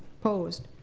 opposed?